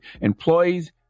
employees